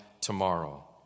tomorrow